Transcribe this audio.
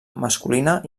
masculina